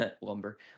lumber